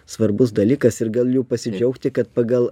svarbus dalykas ir galiu pasidžiaugti kad pagal